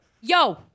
Yo